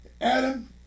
Adam